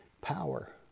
Power